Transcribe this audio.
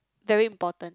very important